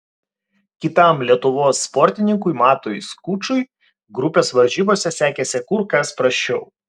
kitam lietuvos sportininkui matui skučui grupės varžybose sekėsi kur kas prasčiau